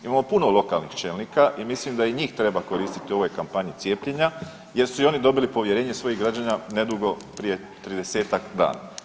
Imamo puno lokalnih čelnika i mislim da i njih treba koristiti u ovoj kampanji cijepljenja jer su i oni dobili povjerenje svojih građana nedugo prije 30-tak dana.